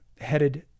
headed